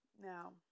now